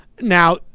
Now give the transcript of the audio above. Now